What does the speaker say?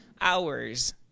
hours